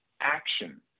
action